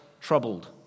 troubled